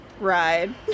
ride